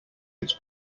its